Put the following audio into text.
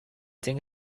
think